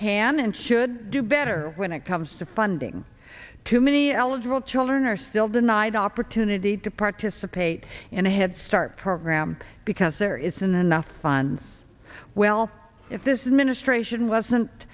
can and should do better when it comes to funding too many eligible children are still denied opportunity to participate and a head start program because there isn't enough funds well if this ministration wasn't